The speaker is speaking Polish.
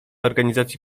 organizacji